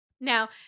Now